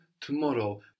tomorrow